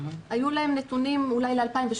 היו להם נתונים אולי ל-2017.